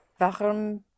Warum